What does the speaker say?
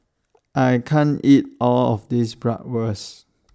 I can't eat All of This Bratwurst